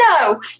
No